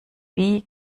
wie